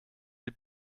die